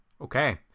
okay